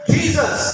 Jesus